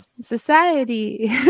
society